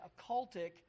occultic